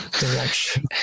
direction